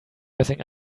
messing